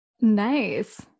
nice